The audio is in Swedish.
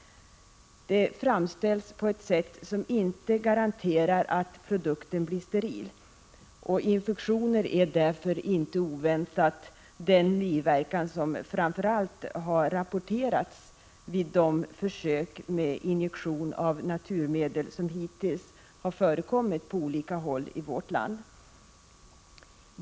De framställs på ett sätt som inte garanterar att produkten blir steril. Infektioner är därför, inte oväntat, den biverkan som framför allt har rapporterats vid de försök med injektion av naturmedel som hittills förekommit på spridda håll i vårt land.